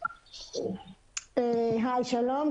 שלום.